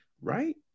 right